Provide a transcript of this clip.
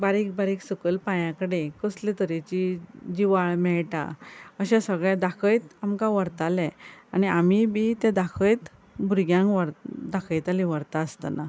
बारीक बारीक सकल पांयां कडेन कसले तरेची जिवाळ मेळटा अशें सगळें दाखयत आमकां व्हरताले आनी आमीय बी तें दाखयत भुरग्यांक व्हर दाखयतालीं व्हरता आसतना